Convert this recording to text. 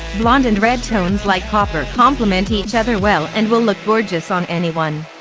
blonde and red tones like copper compliment each other well and will look gorgeous on anyone.